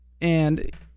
and-